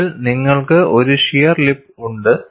ഒടുവിൽ നിങ്ങൾക്ക് ഒരു ഷിയർ ലിപ്പ് ഉണ്ട്